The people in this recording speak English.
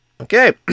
Okay